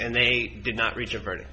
and they did not reach a verdict